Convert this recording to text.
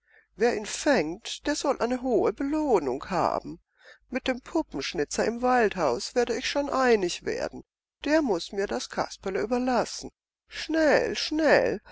wer ihn fängt der soll eine hohe belohnung haben mit dem puppenschnitzer im waldhaus werde ich schon einig werden der muß mir das kasperle überlassen schnell schnell